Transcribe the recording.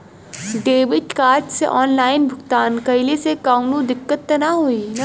Debit card से online भुगतान कइले से काउनो दिक्कत ना होई न?